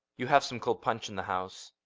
you have some cold punch in the house.